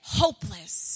hopeless